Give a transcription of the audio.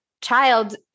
child